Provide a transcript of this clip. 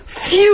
Phew